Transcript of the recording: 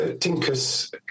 tinkers